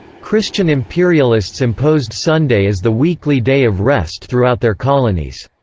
christian imperialists imposed sunday as the weekly day of rest throughout their colonies.